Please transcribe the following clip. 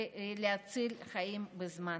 ולהציל חיים בזמן.